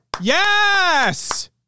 Yes